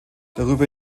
darüber